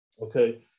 okay